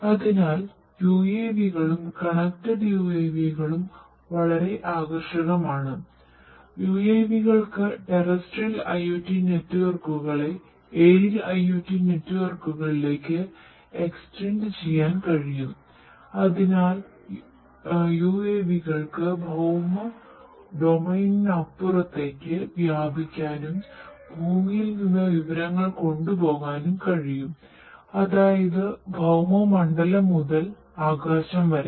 അതിനാൽ UAV കളും connected വ്യാപിക്കാനും ഭൂമിയിൽ നിന്ന് വിവരങ്ങൾ കൊണ്ടുപോകാനും കഴിയും അതായത് ഭൌമമണ്ഡലം മുതൽ ആകാശം വരെ